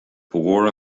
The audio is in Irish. mhór